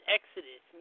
Exodus